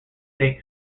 take